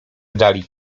dali